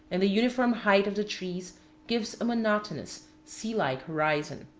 and the uniform height of the trees gives a monotonous, sea-like horizon.